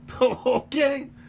Okay